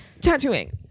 tattooing